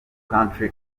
country